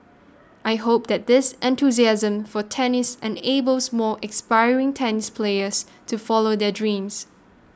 I hope that this enthusiasm for tennis enables more aspiring tennis players to follow their dreams